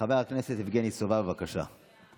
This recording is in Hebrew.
חבר הכנסת יבגני סובה, בבקשה.